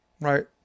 right